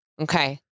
Okay